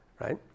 Right